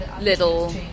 little